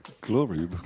Glory